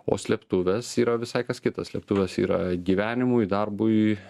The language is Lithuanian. o slėptuvės yra visai kas kita slėptuvės yra gyvenimui darbui